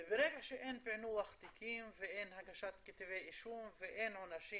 וברגע שאין פענוח תיקים ואין הגשת כתבי אישום ואין עונשים